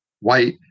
white